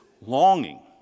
longing